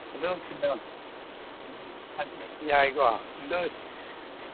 ꯑꯗꯨ ꯀꯩꯅꯣ ꯍꯪꯆꯤꯠ ꯌꯥꯏꯀꯣ ꯑꯗꯨ